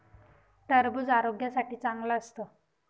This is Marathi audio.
टरबूज आरोग्यासाठी चांगलं असतं